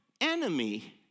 enemy